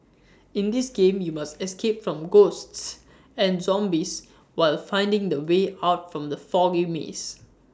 in this game you must escape from ghosts and zombies while finding the way out from the foggy mazes